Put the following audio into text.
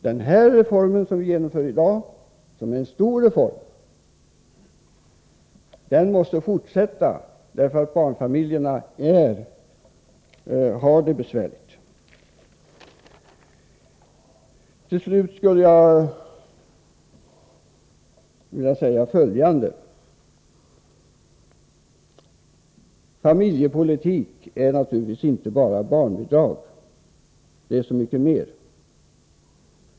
Den reform som vi genomför i dag är en stor reform, och den måste få en fortsättning, därför att barnfamiljerna har det besvärligt. Slutligen skulle jag vilja säga följande. Familjepolitik är naturligtvis inte bara bidrag. Familjepolitik är så mycket mera.